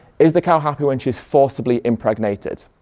is the cow happy when she's forcibly impregnated?